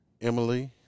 Emily